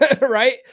Right